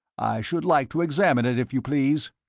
i should like to examine it, if you please.